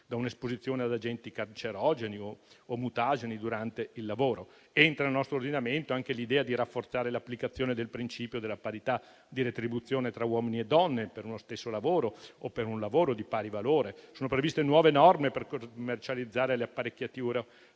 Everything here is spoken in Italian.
da un'esposizione ad agenti cancerogeni o mutageni durante il lavoro. Entra nel nostro ordinamento anche l'idea di rafforzare l'applicazione del principio della parità di retribuzione tra uomini e donne per uno stesso lavoro o per un lavoro di pari valore. Sono previste nuove norme per commercializzare le apparecchiature